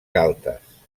galtes